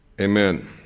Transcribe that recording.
Amen